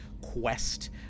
quest